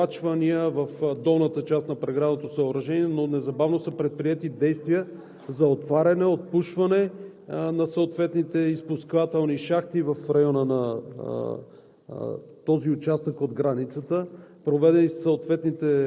Има установяване на завирявания и затлачвания в долната част на преградното съоръжение, но незабавно са предприети действия за отваряне, отпушване на съответните изпусквателни шахти в района на този